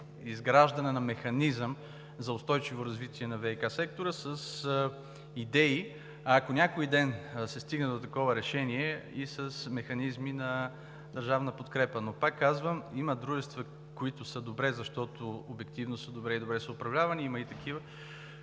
изграждане на механизъм за устойчиво развитие на ВиК сектора с идеи, ако някой ден се стигне до такова решение и с механизми на държавна подкрепа. Пак казвам: има дружества, които са добре, защото обективно са добре и добре са управлявани. Има и такива,